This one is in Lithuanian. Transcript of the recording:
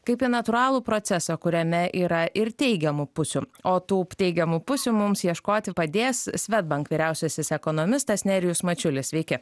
kaip į natūralų procesą kuriame yra ir teigiamų pusių o tų teigiamų pusių mums ieškoti padės swedbank vyriausiasis ekonomistas nerijus mačiulis sveiki